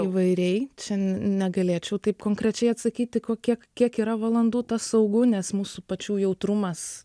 įvairiai čia negalėčiau taip konkrečiai atsakyti kokie kiek yra valandų tas saugu nes mūsų pačių jautrumas